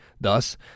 Thus